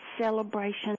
celebration